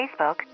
Facebook